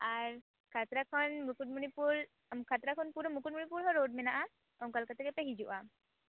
ᱟᱨ ᱠᱷᱟᱛᱲᱟ ᱠᱷᱚᱱ ᱢᱩᱠᱩᱴᱢᱩᱱᱤᱯᱩᱨ ᱟᱸᱢ ᱠᱷᱟᱛᱲᱟ ᱠᱷᱚᱱ ᱯᱩᱨᱳ ᱢᱩᱠᱩᱴᱢᱩᱱᱤᱯᱩᱨ ᱦᱚᱸ ᱨᱳᱰ ᱢᱮᱱᱟᱜᱼᱟ ᱚᱱᱠᱟ ᱞᱮᱠᱟ ᱛᱮᱜᱮ ᱯᱮ ᱦᱤᱡᱩᱜᱼᱟ